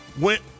went